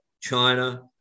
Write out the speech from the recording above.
China